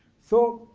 so,